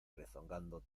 rezongando